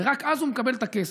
ורק אז הוא מקבל את הכסף.